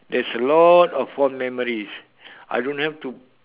there's a lot of fond memories I don't have to